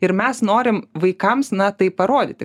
ir mes norim vaikams na tai parodyti